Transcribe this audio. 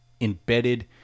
embedded